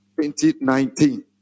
2019